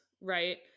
right